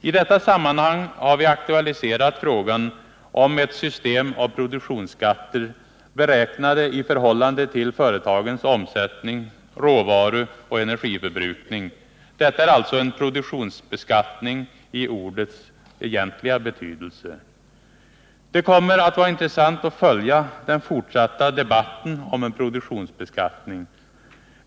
I detta sammanhang har vi aktualiserat frågan om ett system av produktionsskatter, beräknade i förhållande till företagens omsättning, råvaruoch energiförbrukning. Detta är alltså en produktionsbeskattning i ordets egentliga betydelse. Det kommer att bli intressant att följa den fortsatta debatten om produktionsbeskattning.